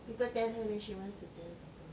people tell her then she wants to tell people